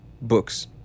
Books